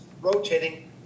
rotating